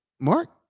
Mark